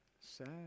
Sad